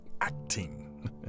acting